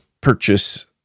purchase